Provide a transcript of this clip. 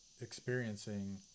experiencing